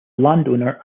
landowner